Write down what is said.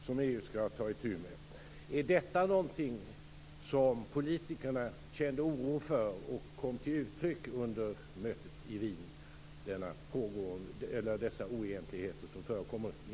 Var dessa oegentligheter inom EU något som politikerna kände oro för och som kom till uttryck i